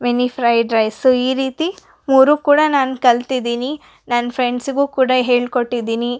mini fried rice ಈ ರೀತಿ ಮೂರೂ ಕೂಡ ನಾನು ಕಲ್ತಿದ್ದೀನಿ ನನ್ನ ಫ್ರೆಂಡ್ಸ್ಗೂ ಕೂಡ ಹೇಳ್ಕೊಟ್ಟಿದ್ದೀನಿ